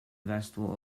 festival